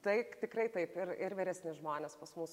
taik tikrai taip ir ir vyresni žmonės pas mus